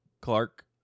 Clark